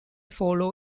follow